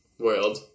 world